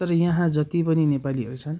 तर यहाँ जति पनि नेपालीहरू छन्